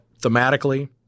thematically